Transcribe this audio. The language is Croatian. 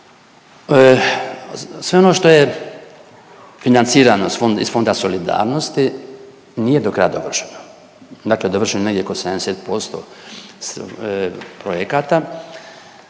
Sve ono što je financirano iz Fonda solidarnosti nije do kraja dovršeno. Dakle, dovršeno je negdje oko 70% projekata